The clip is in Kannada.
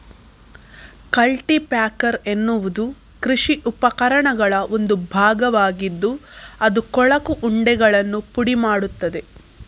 ಕಲ್ಟಿ ಪ್ಯಾಕರ್ ಎನ್ನುವುದು ಕೃಷಿ ಉಪಕರಣಗಳ ಒಂದು ಭಾಗವಾಗಿದ್ದು ಅದು ಕೊಳಕು ಉಂಡೆಗಳನ್ನು ಪುಡಿ ಮಾಡುತ್ತದೆ